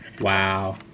Wow